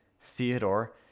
Theodore